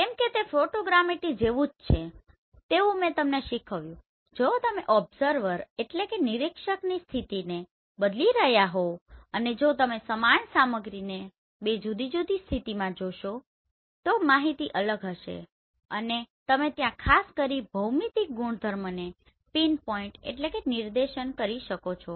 કેમ કે તે ફોટોગ્રામેટ્રી જેવું છે તેવું મેં તમને શીખવ્યું છે જો તમે ઓબ્સર્વરObserverનિરીક્ષકની સ્થિતિને બદલી રહ્યા હોવ અને જો તમે સમાન સામગ્રીને બે જુદી જુદી સ્થિતિથી જોશો તો માહિતી અલગ હશે અને તમે ત્યાં ખાસ કરીને ભૌમિતિક ગુણધર્મોને પીન પોઈન્ટ Pin Point નિર્દેશન કરી શકો છો